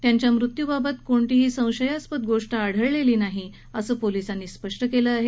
त्यांच्या मृत्यूबाबत कृठलीही संशयास्पद गोष्ट आढळली नसल्याचं पोलिसांनी स्पष्ट केलं आहे